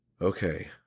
okay